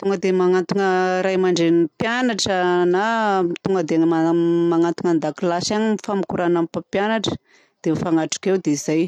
Tonga dia manatona ray aman'drenin'ny mpianatra na tonga dia manatona an-dakilasy any mifampikoràna amin'ny mpampianatra dia mifanatrika eo. Dia zay!